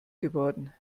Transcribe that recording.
geworden